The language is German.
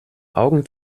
augen